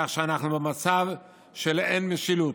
כך שאנחנו במצב של אין משילות.